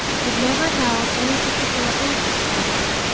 had never held any particular interest for her,